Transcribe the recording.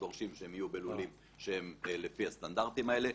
דורשים שהם יהיו בלולים שהם לפי הסטנדרטים האלה.